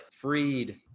freed